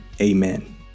amen